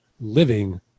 living